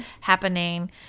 happening